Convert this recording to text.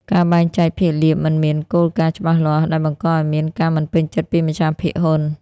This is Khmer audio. ការបែងចែកភាគលាភ មិនមានគោលការណ៍ច្បាស់លាស់ ដែលបង្កឱ្យមានការមិនពេញចិត្តពីម្ចាស់ភាគហ៊ុន។